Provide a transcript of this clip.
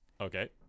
Okay